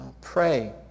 Pray